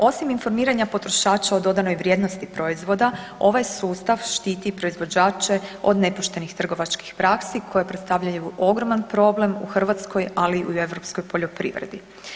Osim informiranja potrošača o dodanoj vrijednosti proizvoda ovaj sustav štiti i proizvođače od nepoštenih trgovačkih praksi koje predstavljaju ogroman problem u Hrvatskoj ali i u europskoj poljoprivredi.